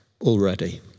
already